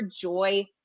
joy